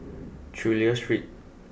Chulia Street